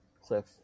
cliff